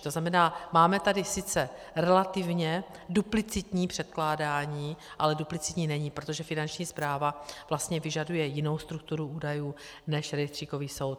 To znamená, máme tady sice relativně duplicitní předkládání, ale duplicitní není, protože Finanční správa vlastně vyžaduje jinou strukturu údajů než rejstříkový soud.